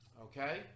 okay